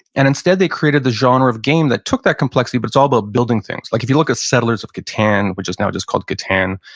and instead, they created the genre of game that took that complexity but it's all about building things. like if you look at ah settlers of catan, which is now just called catan,